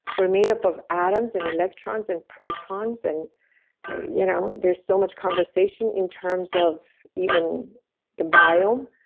we're made up of atoms and electrons and protons, and you know there's so much conversation in terms of even the bio,